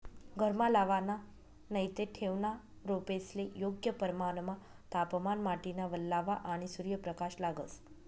घरमा लावाना नैते ठेवना रोपेस्ले योग्य प्रमाणमा तापमान, माटीना वल्लावा, आणि सूर्यप्रकाश लागस